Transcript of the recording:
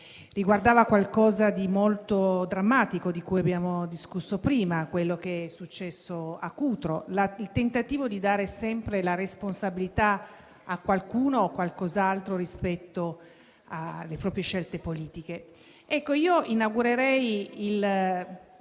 riguardava qualcosa di molto drammatico di cui abbiamo discusso prima, cioè quello che è successo a Cutro e il tentativo di dare sempre la responsabilità a qualcuno o a qualcos'altro rispetto alle proprie scelte politiche. Io inaugurerei il